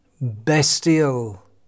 bestial